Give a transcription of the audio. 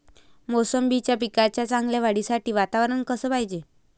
मोसंबीच्या पिकाच्या चांगल्या वाढीसाठी वातावरन कस पायजे?